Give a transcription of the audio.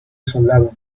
soldado